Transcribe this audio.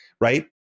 right